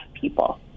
people